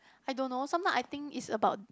I don't know sometimes I think is about